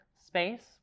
space